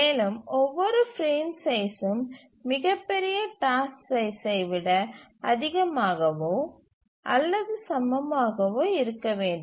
மேலும் ஒவ்வொரு பிரேம் சைஸ்சும் மிகப்பெரிய டாஸ்க் சைஸ்சை விட அதிகமாகவோ அல்லது சமமாகவோ இருக்க வேண்டும்